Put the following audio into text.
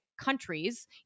countries